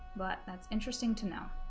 but that's interesting to know